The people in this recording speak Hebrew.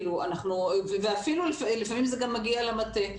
ואפילו לפעמים זה גם מגיע למטה.